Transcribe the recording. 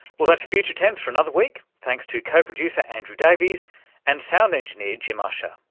well, that's future tense for another week. thanks to co-producer andrew davies and sound engineer, jim ussher